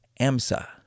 AMSA